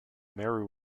meru